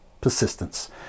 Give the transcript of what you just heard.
persistence